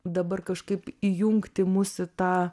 dabar kažkaip įjungti mus į tą